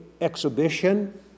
exhibition